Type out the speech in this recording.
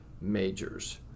majors